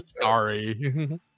Sorry